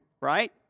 right